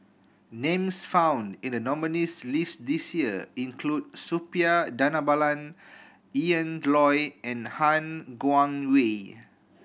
names found in the nominees' list this year include Suppiah Dhanabalan Ian Loy and Han Guangwei